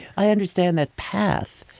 i understand that path,